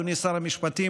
אדוני שר המשפטים,